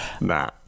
nah